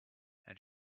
and